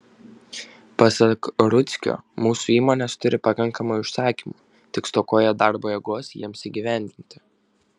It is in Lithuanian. pasak rudzkio mūsų įmonės turi pakankamai užsakymų tik stokoja darbo jėgos jiems įgyvendinti